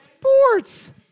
Sports